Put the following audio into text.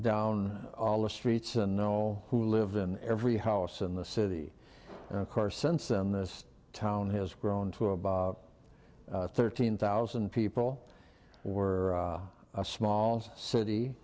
down all the streets and know who lived in every house in the city and of course since then this town has grown to about thirteen thousand people or a small city